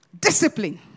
Discipline